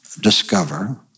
discover